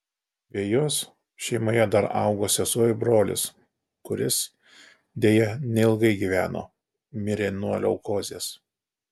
be jos šeimoje dar augo sesuo ir brolis kuris deja neilgai gyveno mirė nuo leukozės